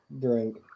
drink